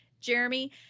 Jeremy